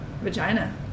vagina